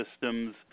systems